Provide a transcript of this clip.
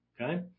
okay